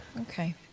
Okay